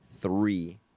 three